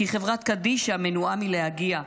כי חברה קדישא מנועה מלהגיע.